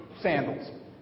sandals